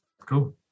cool